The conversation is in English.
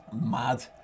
Mad